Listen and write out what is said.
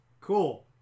cool